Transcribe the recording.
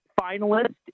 finalist